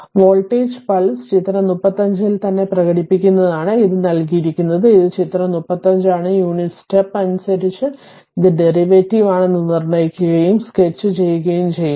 voltage pulse ചിത്രം 35 ൽ തന്നെ പ്രകടിപ്പിക്കുന്നതിനാണ് ഇത് നൽകിയിരിക്കുന്നത് ഇത് ചിത്രം 35 ആണ് യൂണിറ്റ് സ്റ്റെപ്പ് അനുസരിച്ച് ഇത് ഡെറിവേറ്റീവ് ആണെന്ന് നിർണ്ണയിക്കുകയും സ്കെച്ച് ചെയ്യുകയും ചെയ്യുന്നു